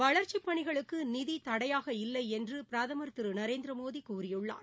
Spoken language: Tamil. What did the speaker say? வளர்ச்சிப் பணிகளுக்கு நிதி தடையாக இல்லை என்று பிரதம் திரு நரேந்திரமோடி கூறியுள்ளார்